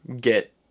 get